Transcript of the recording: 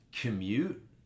commute